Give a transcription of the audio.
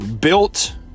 built